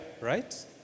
right